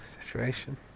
situation